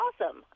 awesome